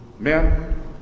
men